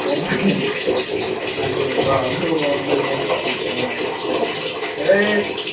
কৰা নাই নাকি নাই নাইকৰা আমিও কৰা নাই সেই তো বৰ্তমান আছোঁ ঠিকেই এই